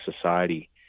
society